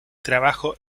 trabajo